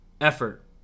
effort